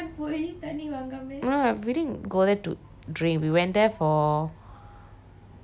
we didn't go there to drink we went there for to eat to eat